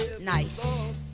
nice